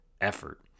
effort